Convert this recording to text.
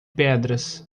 pedras